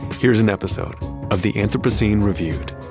here's an episode of the anthropocene reviewed